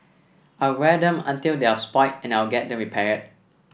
I'll wear them until they're spoilt and I'll get them repaired